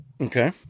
Okay